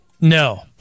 No